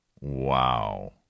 Wow